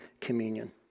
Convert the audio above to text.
communion